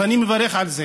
ואני מברך על זה.